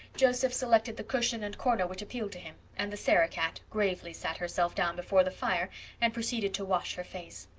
joseph selected the cushion and corner which appealed to him, and the sarah-cat gravely sat herself down before the fire and proceeded to wash her face.